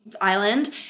island